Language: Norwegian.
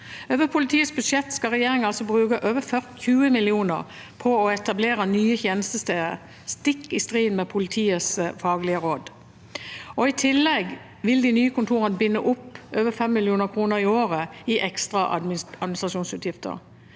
Over politiets budsjett skal regjeringen bruke over 20 mill. kr på å etablere nye tjenestesteder, stikk i strid med politiets faglige råd. I tillegg vil de nye kontorene binde opp over 5 mill. kr i året i ekstra administrasjonsutgifter,